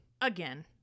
Again